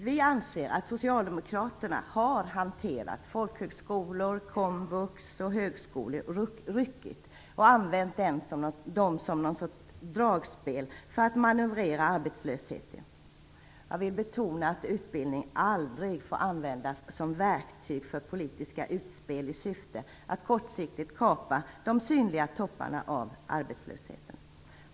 Vi anser att socialdemokraterna har hanterat folkhögskolor, komvux och högskolor ryckigt och använt dem som ett slags dragspel för att manövrera arbetslösheten. Jag vill betona att utbildning aldrig får användas som verktyg för politiska utspel i syfte att kortsiktigt kapa de synliga topparna av arbetslösheten.